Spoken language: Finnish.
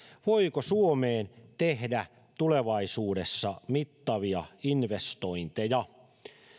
siitä voiko suomeen tehdä tulevaisuudessa mittavia investointeja